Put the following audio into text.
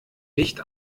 nicht